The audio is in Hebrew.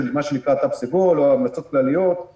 מה שנקרא "תו סגול" או המלצות כלליות,